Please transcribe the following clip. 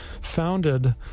founded